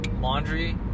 laundry